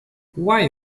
why